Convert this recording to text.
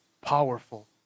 powerful